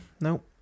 no